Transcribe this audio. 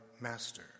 Master